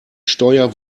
steuer